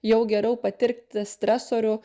jau geriau patirti stresorių